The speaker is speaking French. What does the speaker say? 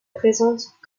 présente